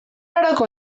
aroko